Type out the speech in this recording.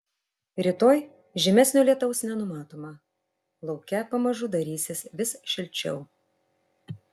rytoj žymesnio lietaus nenumatoma lauke pamažu darysis vis šilčiau